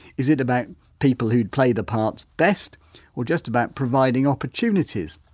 is it about people who'd play the parts best or just about providing opportunities?